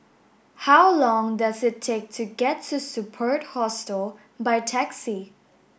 how long does it take to get to Superb Hostel by taxi